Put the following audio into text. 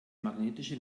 magnetische